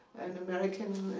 an american,